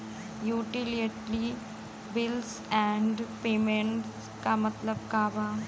Utility bills and payments क मतलब का बा?